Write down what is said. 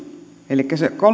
elikkä se